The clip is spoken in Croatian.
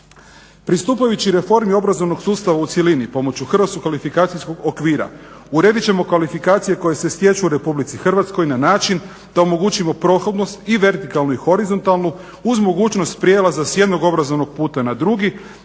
Pristupajući reformi obrazovnog sustava u cjelini pomoću hrvatskog kvalifikacijskog okvira uredit ćemo kvalifikacije koje se stječu u RH na način da omogućimo prohodnost i vertikalnu i horizontalnu uz mogućnost prijelaza s jednog obrazovnog puta na drugi